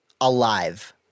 alive